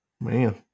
man